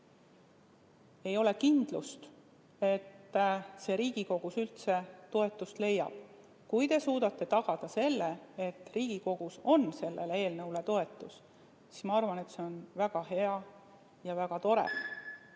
ei ole kindlust, et see Riigikogus üldse toetust leiab. Kui te suudate tagada selle, et Riigikogus on sellele eelnõule toetus, siis ma arvan, et see on väga hea ja väga tore.